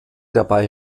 dabei